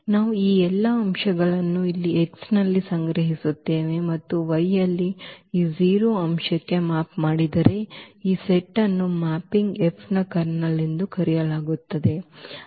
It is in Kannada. ನಾವು ಈ ಎಲ್ಲ ಅಂಶಗಳನ್ನು ಇಲ್ಲಿ X ನಲ್ಲಿ ಸಂಗ್ರಹಿಸುತ್ತೇವೆ ಮತ್ತು Y ಯಲ್ಲಿ ಈ 0 ಅಂಶಕ್ಕೆ ಮ್ಯಾಪ್ ಮಾಡಿದರೆ ಈ ಸೆಟ್ ಅನ್ನು ಈ ಮ್ಯಾಪಿಂಗ್ F ನ ಕರ್ನಲ್ ಎಂದು ಕರೆಯಲಾಗುತ್ತದೆ